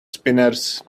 spinners